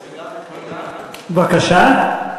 בבקשה?